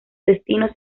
destinos